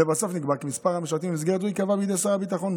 לבסוף נקבע כי מספר המשרתים במסגרת זו ייקבע בידי שר הביטחון,